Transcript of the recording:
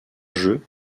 jeu